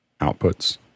outputs